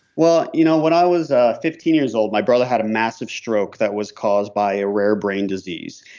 well, you know when i was fifteen years old my brother had a massive stroke that was caused by a rare brain disease.